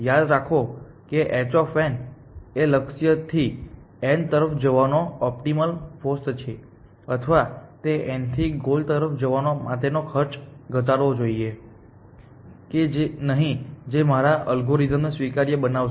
યાદ રાખો કે h એ લક્ષ્યથી n તરફ જવાનો ઓપ્ટિમલ કોસ્ટ છે અથવા તે n થી ગોલ તરફ જવા માટેનો ખર્ચ ઘટાડવો જોઈએ કે નહીં જે છે મારા અલ્ગોરિધમને સ્વીકાર્ય બનાવશે